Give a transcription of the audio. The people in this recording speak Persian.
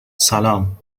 سلام